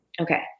Okay